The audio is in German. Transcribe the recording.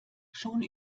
schon